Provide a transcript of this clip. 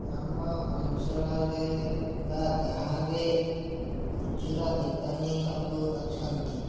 ଆମ ଅଞ୍ଚଳରେ ବା ଗାଁରେ ଖୁଚୁରା ଦୋକାନୀ ସବୁ ଅଛନ୍ତି